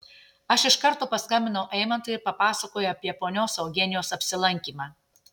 aš iš karto paskambinau eimantui ir papasakojau apie ponios eugenijos apsilankymą